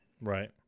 Right